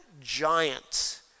giant